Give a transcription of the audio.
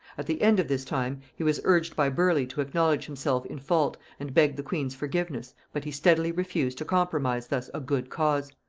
at the end of this time he was urged by burleigh to acknowledge himself in fault and beg the queen's forgiveness but he steadily refused to compromise thus a good cause,